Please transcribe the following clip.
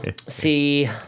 See